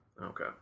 Okay